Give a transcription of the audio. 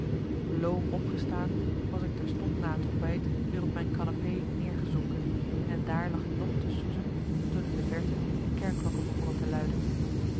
loom opgestaan was ik terstond na het ontbijt weer op mijn canapé neergezonken en daar lag ik nog te soezen toen in de verte de kerkklokken begonnen te luiden